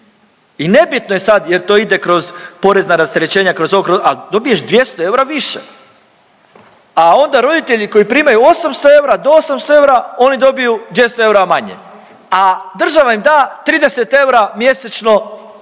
i nebitno je sad jel to ide kroz porezna rasterećenja, kroz ovo, kroz ono, al dobiješ 200 eura više. A onda roditelji koji primaju 800 eura do 800 eura oni dobiju 200 eura manje, a država im da 30 eura mjesečno dječjeg